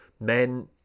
men